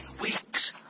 Weeks